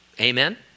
amen